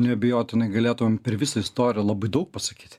neabejotinai galėtumėm per visą istoriją labai daug pasakyti